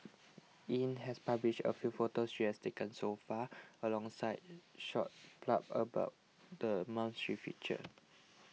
Yin has published a few photos she has taken so far alongside short blurbs about the mom's she featured